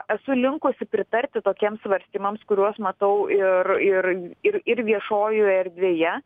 esu linkusi pritarti tokiems svarstymams kuriuos matau ir ir ir ir viešojoje erdvėje